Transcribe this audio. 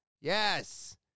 Yes